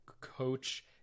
coach